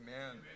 Amen